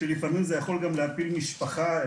שלפעמים זה יכול גם להפיל משפחה,